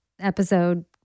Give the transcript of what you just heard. episode